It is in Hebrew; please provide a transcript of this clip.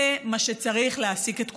תנאי האשראי, זה מה שצריך להעסיק את כולם.